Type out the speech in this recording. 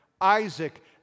Isaac